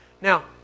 Now